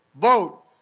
Vote